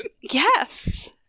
yes